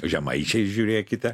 žemaičiais žiūrėkite